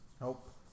nope